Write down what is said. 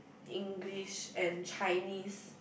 English and Chinese